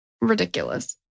ridiculous